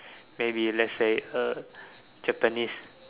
maybe let's say uh Japanese